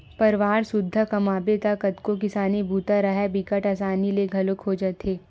परवार सुद्धा कमाबे त कतको किसानी बूता राहय बिकट असानी ले घलोक हो जाथे